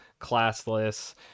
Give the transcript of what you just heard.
classless